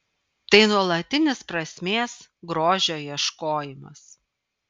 tai nuolatinis prasmės grožio ieškojimas